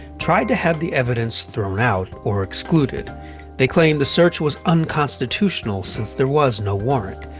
tried to have the evidence thrown out, or excluded they claimed the search was unconstitutional since there was no warrant.